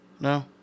No